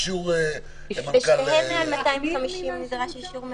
אישור מנכ"ל ------ בשניהם מעל 250 נדרש אישור מראש.